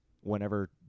whenever